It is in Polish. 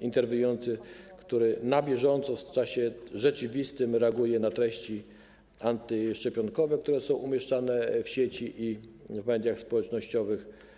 interweniujący, który na bieżąco, w czasie rzeczywistym, reaguje na treści antyszczepionkowe umieszczane w sieci i w mediach społecznościowych.